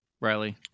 Riley